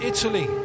Italy